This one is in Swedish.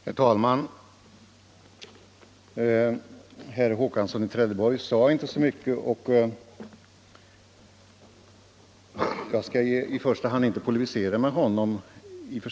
Herr talman! Herr Håkansson i Trelleborg sade inte så mycket, och jag skall inte i första hand polemisera med honom.